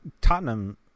Tottenham